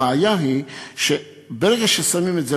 הבעיה היא שברגע ששמים את זה,